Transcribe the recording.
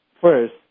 first